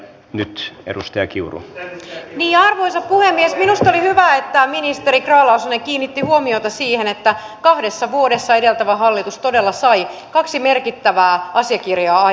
minusta oli hyvä että ministeri grahn laasonen kiinnitti huomiota siihen että kahdessa vuodessa edeltävä hallitus todella sai kaksi merkittävää asiakirjaa aikaan